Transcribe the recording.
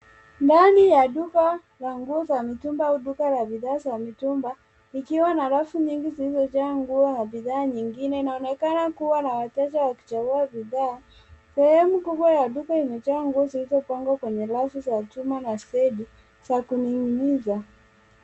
Ndani ya duka la nguo za mtumba na bidhaa za mitumba vikiwa na rafu nyingi zilizojaa nguo na bidhaa nyingine inaonekana kuwa na wateja wakichangua bidhaa. Sehemu kubwa ya duka imejaa nguo zilizopangwa kwenye rafu chuma na stendi za kuning'niswa